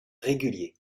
régulier